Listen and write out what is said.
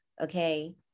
Okay